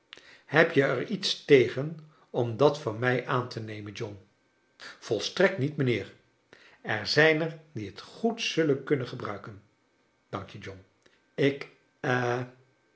heb je er iets tegen om dat van mij aan te nemen john volstrekt niet mijnheer er zijn er die het goed zullen kunnen gebruiken dank je john ik